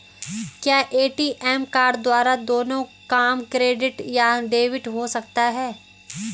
क्या ATM card द्वारा दोनों काम क्रेडिट या डेबिट हो सकता है?